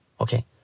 okay